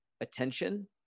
attention